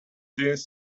dean’s